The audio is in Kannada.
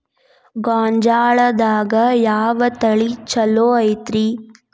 ಗೊಂಜಾಳದಾಗ ಯಾವ ತಳಿ ಛಲೋ ಐತ್ರಿ?